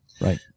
Right